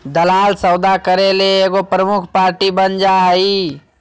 दलाल सौदा करे ले एगो प्रमुख पार्टी बन जा हइ